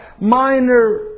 minor